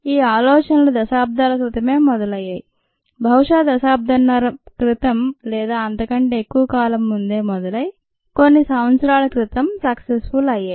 ఈ ఆలోచనలు దశాబ్దాల క్రితమే మొదలయ్యాయి బహుశా దశాబ్దంన్నర క్రితం లేదా అంతకంటే ఎక్కువ కాలం ముందే మొదలై కొన్ని సంవత్సరాల క్రితం సక్సెస్ఫుల్ అయ్యాయి